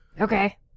Okay